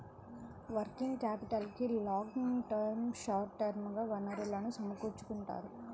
working క్యాపిటల్కి long term, short term గా వనరులను సమకూర్చుకుంటారు